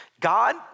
God